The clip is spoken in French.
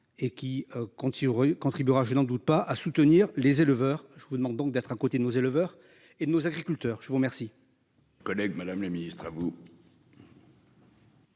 contribuera je n'en doute pas à soutenir les éleveurs. Je vous demande donc d'être à côté de nos éleveurs et nos agriculteurs je vous remercie.